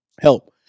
help